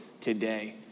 today